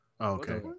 okay